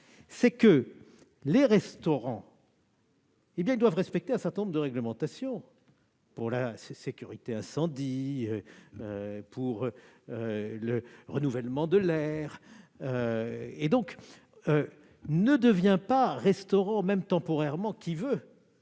simple : les restaurants doivent respecter un certain nombre de réglementations- la sécurité incendie, le renouvellement de l'air, etc. Par conséquent, ne devient pas restaurant, même temporairement, qui veut.